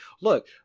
Look